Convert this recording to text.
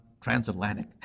transatlantic